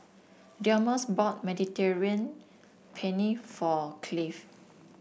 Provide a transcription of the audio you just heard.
Delmus bought Mediterranean Penne for Cleave